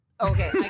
Okay